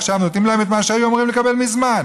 ועכשיו נותנים להם את מה שהם היו אמורים לקבל מזמן.